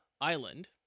Island